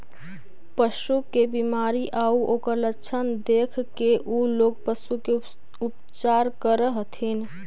पशु के बीमारी आउ ओकर लक्षण देखके उ लोग पशु के उपचार करऽ हथिन